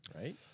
right